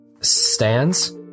stands